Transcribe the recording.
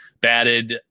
batted